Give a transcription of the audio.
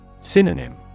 Synonym